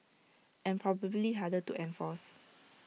and probably harder to enforce